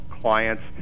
clients